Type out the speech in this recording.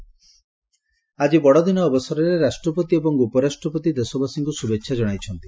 Christmas ଆଜି ବଡ଼ଦିନ ଅବସରରେ ରାଷ୍ଟ୍ରପତି ଏବଂ ଉପରାଷ୍ଟ୍ରପତି ଦେଶବାସୀଙ୍କୁ ଶ୍ରଭେଚ୍ଛା ଜଣାଇଚ୍ଚନ୍ତି